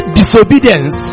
disobedience